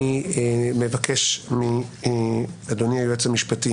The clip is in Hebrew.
אני מבקש מאדוני היועץ המשפטי